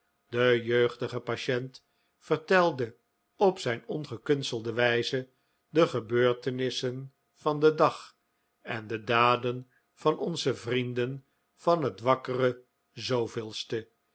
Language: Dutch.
de jeugdige patient vertelde op zijn ongekunstelde wijze de gebeurtenissen van den dag en de daden van onze vrienden van het wakkere